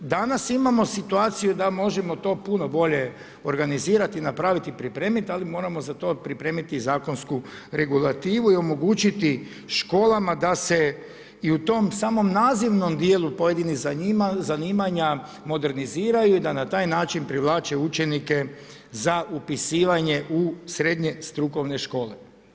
Danas imamo situaciju da možemo to puno bolje organizirati, napraviti i pripremiti, ali moramo za to pripremiti zakonsku regulativu i omogućiti školama da se i u tom samom nazivnom dijelu pojedinih zanimanja moderniziraju i da na taj način privlače učenike za upisivanje u srednje strukovne škole.